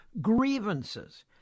grievances